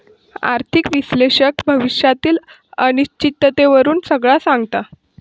आर्थिक विश्लेषक भविष्यातली अनिश्चिततेवरून सगळा सांगता